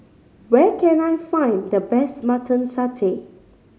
where can I find the best Mutton Satay